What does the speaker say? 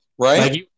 Right